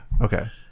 okay